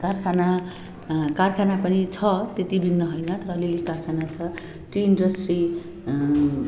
कारखाना कारखाना पनि छ त्यति बिघ्न होइन तर अलिअलि कारखाना छ टी इन्डस्ट्री